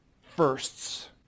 firsts